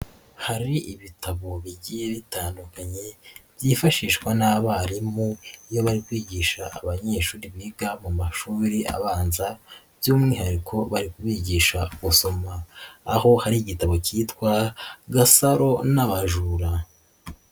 Hari ibitabo bigiye bitandukanye byifashishwa n'abarimu iyo bari kwigisha abanyeshuri biga mu mashuri abanza by'umwihariko bari kubigisha gusoma, aho hari igitabo cyitwa Gasaro n'abajura,